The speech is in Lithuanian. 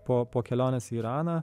po po kelionės į iraną